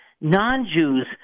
non-Jews